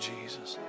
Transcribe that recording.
Jesus